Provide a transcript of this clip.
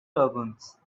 turbans